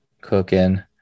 cooking